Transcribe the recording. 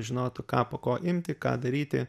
žinotų ką po ko imti ką daryti